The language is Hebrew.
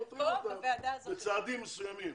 בצעדים מסוימים.